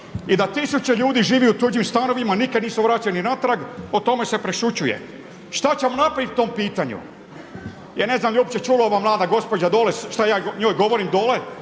i da tisuće ljudi živi u tuđim stanovima nikada nisu vraćeni unatrag, o tome se prešućuje. Šta ćemo napraviti po tom pitanju? Ja ne znam je li uopće čula ova mlada gospođa dolje šta ja njoj govorim dole,